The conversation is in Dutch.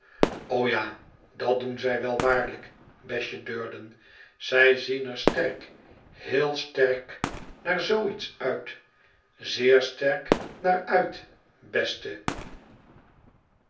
o ja dat doen zij wel waarlijk besje durden zij zien er sterk heel sterk naar zoo iets uit zeer sterk naar uit beste